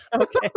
Okay